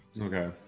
Okay